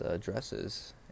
dresses